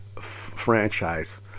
franchise